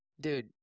Dude